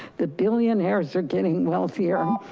the billionaires are getting wealthier.